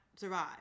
survive